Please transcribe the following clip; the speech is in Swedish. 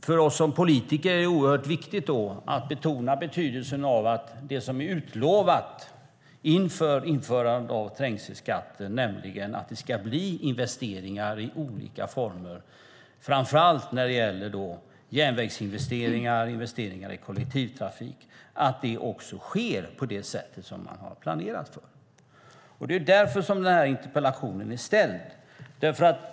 För oss som politiker är det då oerhört viktigt att betona betydelsen av att det som är utlovat inför införandet av trängselskatten, nämligen att det ska bli investeringar i olika former framför allt när det gäller järnvägsinvesteringar och investeringar i kollektivtrafik, också sker på det sätt som man har planerat för. Det är därför som den här interpellationen är ställd.